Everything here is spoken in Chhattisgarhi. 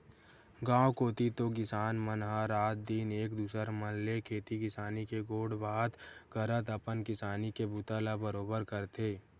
गाँव कोती तो किसान मन ह रात दिन एक दूसर मन ले खेती किसानी के गोठ बात करत अपन किसानी के बूता ला बरोबर करथे